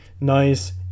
nice